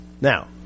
Now